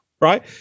right